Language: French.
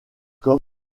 front